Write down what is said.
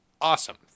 awesome